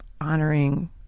honoring